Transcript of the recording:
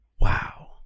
wow